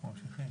אנחנו ממשיכים.